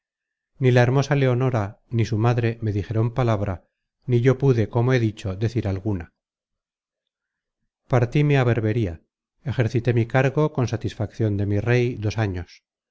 ni la hermosa leonora ni su madre me dijeron palabra ni yo pude como he dicho decir alguna partíme á berbería ejercité mi cargo con satisfaccion de mi rey dos años